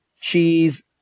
cheese